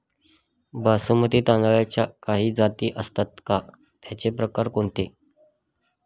बासमती तांदळाच्या काही जाती असतात का, त्याचे प्रकार कोणते?